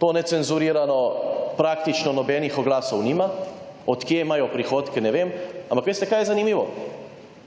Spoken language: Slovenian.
To Necenzurirano praktično nobenih oglasov nima, od kje imajo prihodke, ne vem, ampak veste kaj je zanimivo?